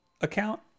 account